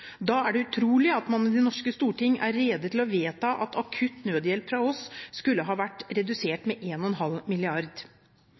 Da er det utrolig at man i det norske storting er rede til å vedta at akutt nødhjelp fra oss skulle ha vært